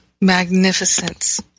magnificence